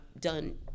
done